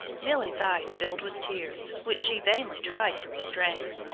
milly's eyes filled with tears, which she vainly tried to restrain.